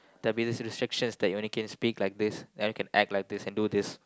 there'll be restrictions that you can only speak like this and can only act like this and do this